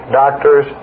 doctors